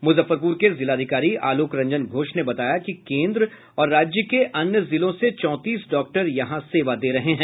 मुजफ्फरपुर के जिलाधिकारी आलोक रंजन घोष ने बताया कि केन्द्र और राज्य के अन्य जिलों से चौंतीस डॉक्टर यहां सेवा दे रहे हैं